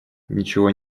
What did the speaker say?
ничего